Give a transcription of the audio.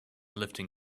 lifting